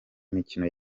imikino